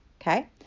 Okay